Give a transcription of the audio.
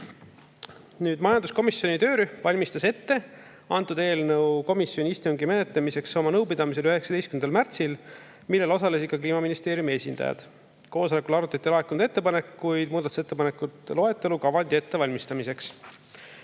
Majanduskomisjoni töörühm valmistas eelnõu komisjoni istungil menetlemiseks ette oma nõupidamisel 19. märtsil, kus osalesid ka Kliimaministeeriumi esindajad. Koosolekul arutati laekunud ettepanekuid muudatusettepanekute loetelu kavandi ettevalmistamiseks.